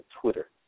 Twitter